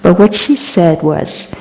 but what she said was,